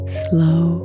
slow